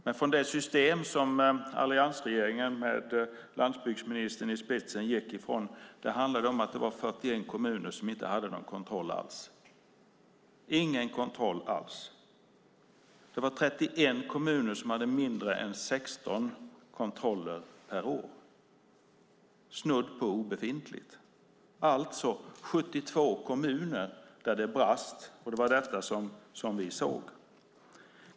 Men i det system som alliansregeringen med landsbygdsministern i spetsen gick ifrån var det 41 kommuner som inte hade någon kontroll alls och 31 kommuner som hade mindre än 16 kontroller per år, snudd på obefintligt. Det var alltså 72 kommuner där det brast, och det var detta vi såg.